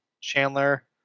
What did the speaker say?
Chandler